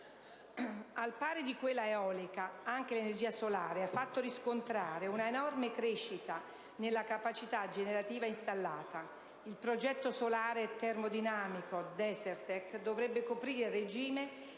Al pari di quella eolica, anche l'energia solare ha fatto riscontrare una enorme crescita nella capacità generativa installata. Il progetto solare termodinamico Desertec dovrebbe coprire a regime